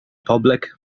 public